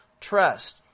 trust